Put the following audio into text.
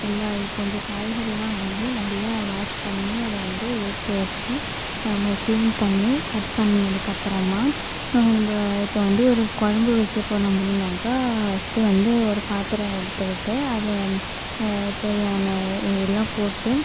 எல்லா இது போன்ற காய்கள்லாம் வந்து நல்லா வாஷ் பண்ணி அதை வந்து எடுத்து வச்சு நம்ம க்ளீன் பண்ணி கட் பண்ணதுக்கப்புறமா நம்ம இப்போ வந்து ஒரு குழம்பு வைக்க போகிறோம் அப்படினாக்கா ஃபர்ஸ்ட்டு வந்து ஒரு பாத்தரம் எடுத்துக்கிட்டு அது தேவையான இதுலாம் போட்டு